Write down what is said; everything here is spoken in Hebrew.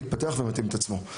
מתפתח ומתאים את עצמו.